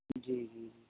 جی جی جی